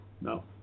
no